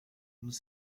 nous